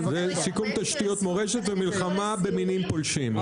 זה סיכום תשתיות מורשת ומלחמה במינים פולשים.